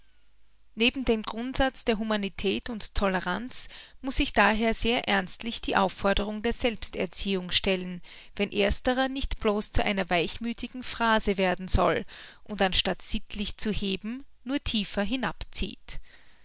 neben den grundsatz der humanität und toleranz muß sich daher sehr ernstlich die aufforderung der selbsterziehung stellen wenn ersterer nicht bloß zu einer weichmüthigen phrase werden soll und anstatt sittlich zu heben nur tiefer